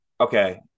okay